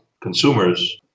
consumers